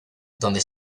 donde